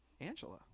Angela